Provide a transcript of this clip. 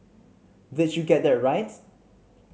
did you get that right